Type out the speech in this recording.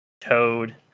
Toad